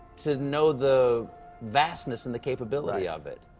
to know the vastness and capability of it.